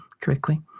correctly